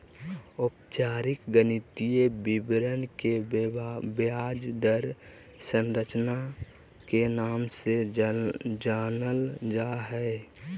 औपचारिक गणितीय विवरण के ब्याज दर संरचना के नाम से जानल जा हय